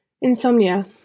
Insomnia